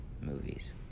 movies